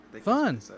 fun